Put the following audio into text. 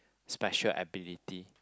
special ability